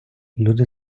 люди